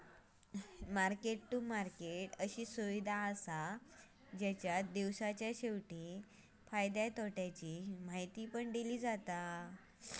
market to market अशी सुविधा असा जेच्यात दिवसाच्या शेवटी फायद्या तोट्याची माहिती दिली जाता